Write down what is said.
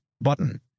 button